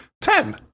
Ten